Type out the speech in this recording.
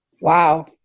Wow